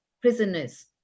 prisoners